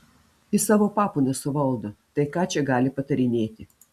ji savo papų nesuvaldo tai ką čia gali patarinėti